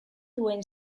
duen